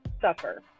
suffer